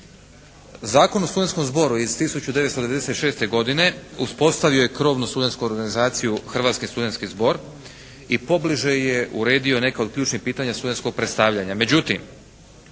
Zakon o studentskom zboru iz 1996. godine uspostavio je krovnu studentsku organizaciju Hrvatski studentski zbor i pobliže je uredio neka od ključnih pitanja studentskog predstavljanja.